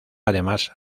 además